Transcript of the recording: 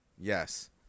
Yes